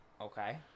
Okay